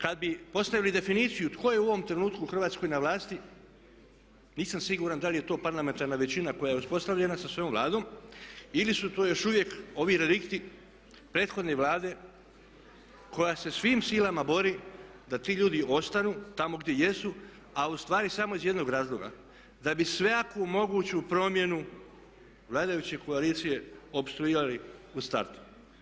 Kada bi postavili definiciju tko je u ovom trenutku u Hrvatskoj na vlasti nisam siguran da li je to parlamentarna većina koja je uspostavljena sa svojom Vladom ili su tu još uvijek ovi relikti prethodne Vlade koja se svim silama bori da ti ljudi ostanu tamo gdje jesu a ustvari samo iz jednog razloga da bi sve jaku moguću promjenu vladajuće koalicije opstruirali u startu.